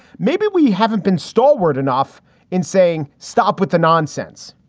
maybe we haven't been stalwart enough in saying stop with the nonsense.